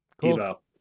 Cool